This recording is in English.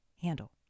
handle